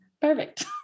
Perfect